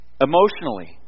emotionally